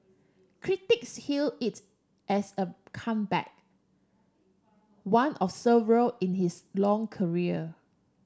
critics hail it as a comeback one of several in his long career